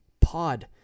Pod